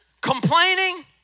complaining